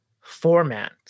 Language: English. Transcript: format